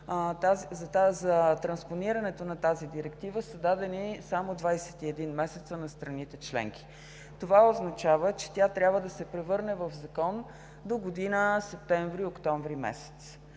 за транспонирането на тази директива са дадени само 21 месеца на страните членки. Това означава, че тя трябва да се превърне в закон догодина септември – октомври месец.